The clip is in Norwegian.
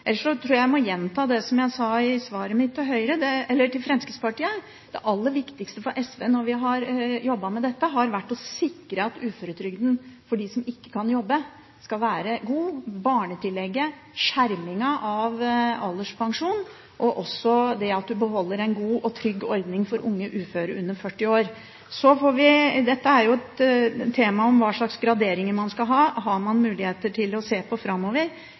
Ellers så tror jeg at jeg må gjenta det som jeg sa i svaret mitt til Fremskrittspartiet: Det aller viktigste for SV når vi har jobbet med dette, har vært å sikre at uføretrygden for dem som ikke kan jobbe, skal være god, og det har vært barnetillegget, skjermingen av alderspensjonen og også det at man beholder en god og trygg ordning for unge uføre under 40 år. Dette er jo et tema om hva slags graderinger man skal ha. Det har man muligheter til å se på framover.